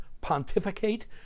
pontificate